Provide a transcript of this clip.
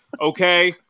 okay